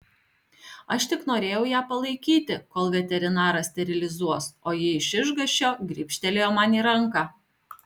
aš tik norėjau ją palaikyti kol veterinaras sterilizuos o ji iš išgąsčio gribštelėjo man į ranką